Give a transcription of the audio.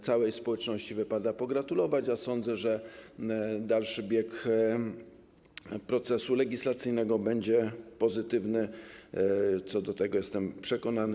Całej społeczności wypada pogratulować, a sądzę, że dalszy bieg procesu legislacyjnego będzie pozytywny, co do tego jestem przekonany.